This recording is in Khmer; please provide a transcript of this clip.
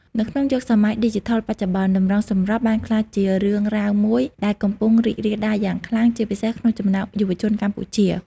នៅក្នុងយុគសម័យឌីជីថលបច្ចុប្បន្ន តម្រងសម្រស់បានក្លាយជារឿងរ៉ាវមួយដែលកំពុងរីករាលដាលយ៉ាងខ្លាំង ជាពិសេសក្នុងចំណោមយុវជនកម្ពុជា។